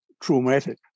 traumatic